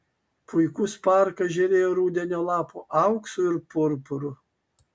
puikus parkas žėrėjo rudenio lapų auksu ir purpuru